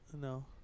No